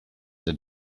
that